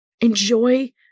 Enjoy